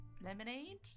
lemonade